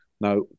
Now